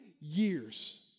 years